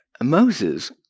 Moses